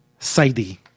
Saidi